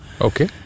Okay